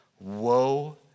woe